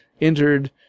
entered